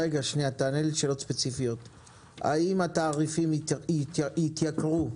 האם התעריפים יתייקרו?